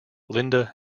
linda